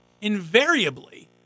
invariably